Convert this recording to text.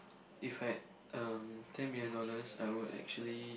if I had um ten million dollars I would actually